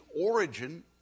origin